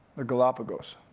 the galapagos.